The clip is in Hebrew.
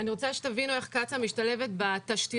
אני רוצה שתבינו איך קצא"א משתלבת בתשתיות